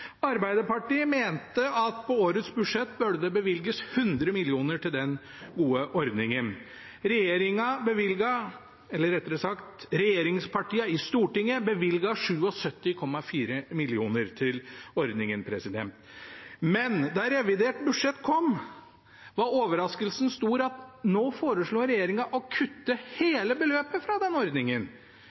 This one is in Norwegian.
Arbeiderpartiet mente at det i årets budsjett burde bevilges 100 mill. kr til den gode ordningen. Regjeringen bevilget, eller rettere sagt: Regjeringspartiene i Stortinget bevilget 77,4 mill. kr til ordningen. Men da revidert budsjett kom, var overraskelsen stor: Nå foreslår regjeringen å kutte hele beløpet fra ordningen. 100 pst. av ordningen